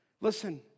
Listen